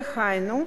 דהיינו,